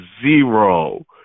Zero